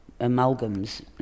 amalgams